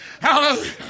hallelujah